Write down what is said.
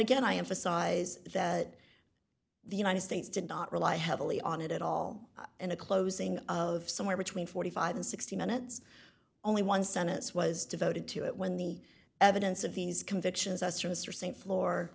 again i emphasize that the united states did not rely heavily on it at all and a closing of somewhere between forty five and sixty minutes only one sentence was devoted to it when the evidence of these convictions